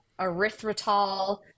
erythritol